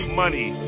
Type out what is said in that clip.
money